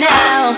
now